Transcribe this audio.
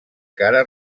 cara